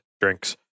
drinks